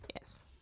Yes